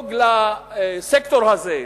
לדאוג לסקטור הזה,